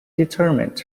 determined